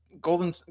golden